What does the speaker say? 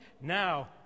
Now